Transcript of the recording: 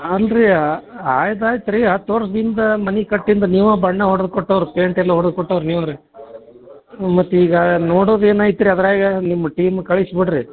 ಅಲ್ಲ ರೀ ಆಯ್ತು ಆಯ್ತು ರೀ ಹತ್ತು ವರ್ಷ್ದ ಹಿಂದೆ ಮನೆ ಕಟ್ಟಿಂದು ನೀವೇ ಬಣ್ಣ ಹೊಡ್ದು ಕೊಟ್ಟವ್ರು ಪೇಂಟ್ ಎಲ್ಲ ಹೊಡ್ದು ಕೊಟ್ಟವ್ರು ನೀವೇ ರೀ ಮತ್ತೆ ಈಗ ನೋಡೋದು ಏನೈತ್ರಿ ಅದರಾಗ ನಿಮ್ಮ ಟೀಮ್ ಕಳಿಸ್ ಕೊಡ್ರಿ